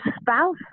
spouse